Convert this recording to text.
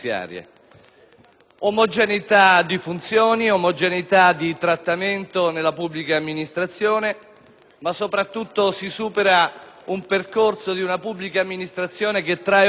omogeneità di funzioni ed omogeneità di trattamento nella pubblica amministrazione. Soprattutto, si supera il percorso di una pubblica amministrazione che trae origine